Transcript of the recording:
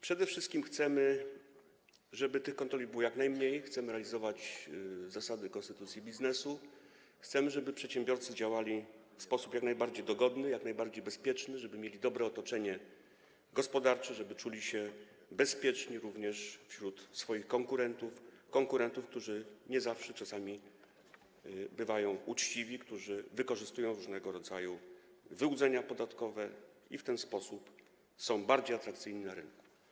Przede wszystkim chcemy, żeby tych kontroli było jak najmniej, chcemy realizować zasady konstytucji biznesu, chcemy, żeby przedsiębiorcy działali w sposób jak najbardziej dogodny, jak najbardziej bezpieczny, żeby mieli dobre otoczenie gospodarcze, żeby czuli się bezpieczni również wśród swoich konkurentów, którzy nie zawsze bywają uczciwi, stosują różnego rodzaju wyłudzenia podatkowe, przez co są bardziej atrakcyjni na rynku.